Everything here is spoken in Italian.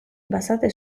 basate